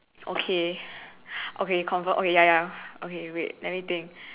okay okay confirm okay ya ya okay wait let me think